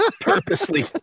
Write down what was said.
purposely